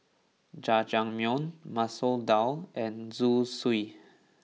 Jajangmyeon Masoor Dal and Zosui